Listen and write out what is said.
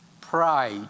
Pride